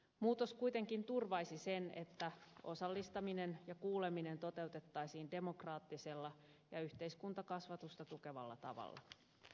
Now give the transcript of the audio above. muutos kuitenkin turvaisi sen että osallistaminen ja kuuleminen toteutettaisiin demokraattisella ja yhteiskuntakasvatusta tukevalla tavalla